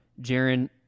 Jaron